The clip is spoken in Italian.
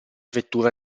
vettura